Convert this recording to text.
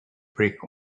brick